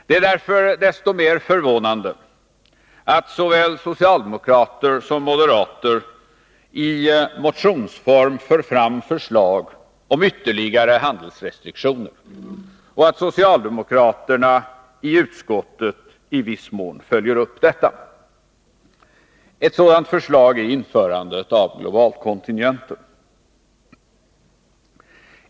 Det är därför så mycket mer förvånande att såväl socialdemokrater som moderater i motioner för fram förslag om ytterligare handelsrestriktioner och att socialdemokraterna i viss mån följer upp detta i utskottet. Ett sådant förslag är införandet av globalkontingenter.